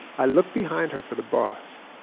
i look behind her for the boss.